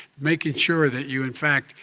making sure that you, in fact,